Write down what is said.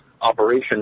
operation